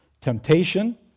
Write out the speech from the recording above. Temptation